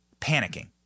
panicking